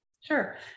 Sure